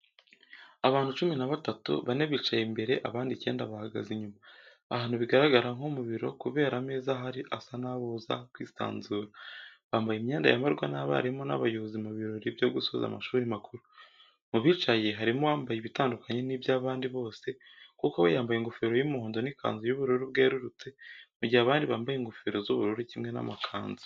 Abantu cumi na batatu, bane bicaye imbere abandi icyenda bahagaze inyuma, ahantu bigaragara nko mu biro kubera ameza ahari asa n'ababuza kwisanzura. Bambaye imyenda yambarwa n'abarimu n'abayobozi mu birori byo gusoza amashuri makuru. Mu bicaye harimo uwambaye ibitandukanye n'iby'abandi bose kuko we yambaye ingofero y'umuhondo n'ikanzu y'ubururu bwerurutse mu gihe abandi bambaye ingofero z'ubururu kimwe n'amakanzu.